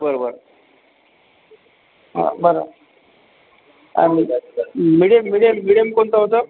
बरं बरं हा बरं मीडियम मीडियम मीडियम कोणतं होतं